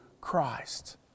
Christ